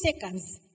seconds